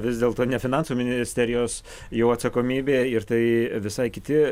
vis dėlto ne finansų ministerijos jau atsakomybė ir tai visai kiti